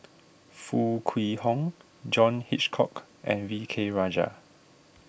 Foo Kwee Horng John Hitchcock and V K Rajah